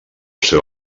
seu